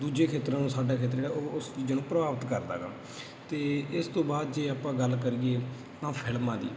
ਦੂਜੇ ਖੇਤਰਾਂ ਨਾਲੋਂ ਸਾਡਾ ਖੇਤਰ ਜਿਹੜਾ ਉਹ ਉਸ ਚੀਜ਼ਾਂ ਨੂੰ ਪ੍ਰਭਾਵਿਤ ਕਰਦਾ ਗਾ ਅਤੇ ਇਸ ਤੋਂ ਬਾਅਦ ਜੇ ਆਪਾਂ ਗੱਲ ਕਰੀਏ ਆਹ ਫਿਲਮਾਂ ਦੀ